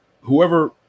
whoever –